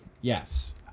Yes